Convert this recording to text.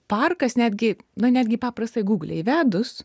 parkas netgi na netgi paprastai į gugle įvedus